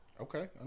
Okay